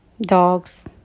dogs